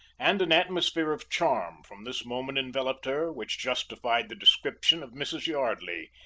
and an atmosphere of charm from this moment enveloped her, which justified the description of mrs. yardley,